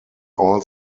all